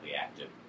active